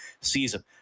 season